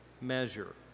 measure